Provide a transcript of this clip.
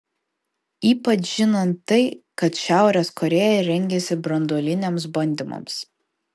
ypač žinant tai kad šiaurės korėja rengiasi branduoliniams bandymams